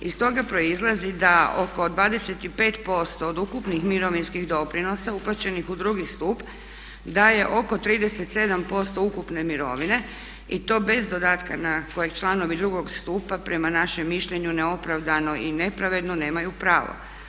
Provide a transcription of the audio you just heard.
IZ toga proizlazi da oko 25% od ukupnih mirovinskih doprinosa uplaćenih u drugi stup daje oko 37% ukupne mirovine i to bez dodatka kojeg članovi drugog stupa prema našem mišljenju neopravdano i nepravedno nemaju pravo.